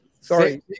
sorry